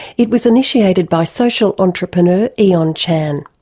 it was initiated by social entrepreneur eon chan.